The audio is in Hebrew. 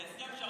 זה הסכם,